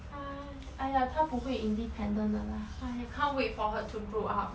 !haiya! !aiya! 她不会 independent 的啦 can't wait for her to grow up